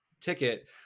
ticket